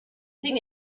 thing